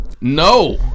No